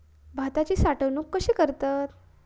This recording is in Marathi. भाताची साठवूनक कशी करतत?